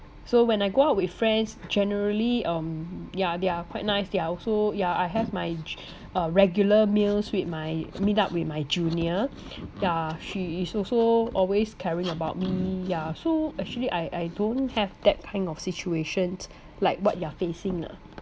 so when I go out with friends generally um yeah they are quite nice they are also yeah I have my uh regular meals with my meetup with my junior uh she is also always caring about me ya so actually I I don't have that kind of situations like what you are facing lah